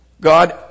God